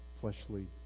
fleshly